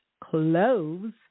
clothes